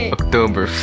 October